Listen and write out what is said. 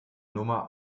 nummer